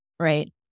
Right